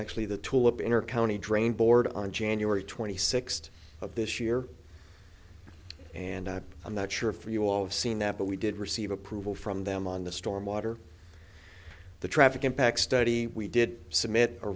actually the tulip in our county drain board on january twenty sixth of this year and i'm not sure for you all have seen that but we did receive approval from them on the storm water the traffic impact study we did submit